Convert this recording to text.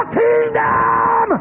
kingdom